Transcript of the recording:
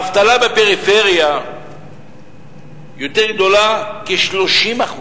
האבטלה בפריפריה יותר גדולה בכ-30%,